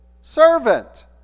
servant